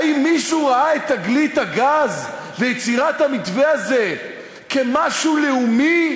האם מישהו ראה את תגלית הגז ויצירת המתווה הזה כמשהו לאומי,